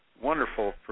wonderful